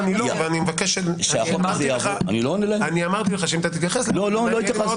אני אמרתי לך שאם תתייחס, יהיה לי מאוד קשה.